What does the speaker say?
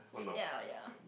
ya ya